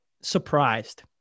surprised